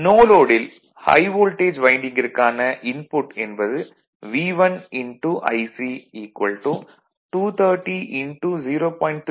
no லோடில் high voltage வைண்டிங்கிற்கான input என்பது V1 Ic 230 0